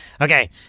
okay